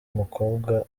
mukobwa